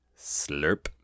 slurp